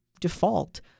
default